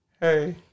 hey